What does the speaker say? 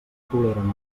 toleren